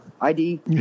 ID